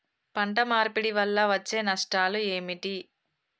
పంట మార్పిడి వల్ల వచ్చే నష్టాలు ఏమిటి?